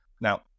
now